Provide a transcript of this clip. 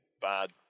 bad